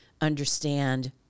understand